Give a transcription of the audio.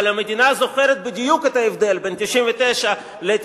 אבל המדינה זוכרת בדיוק את ההבדל בין 1999 ל-1996.